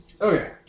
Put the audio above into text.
Okay